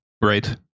Right